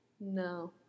No